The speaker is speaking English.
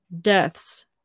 deaths